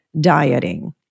dieting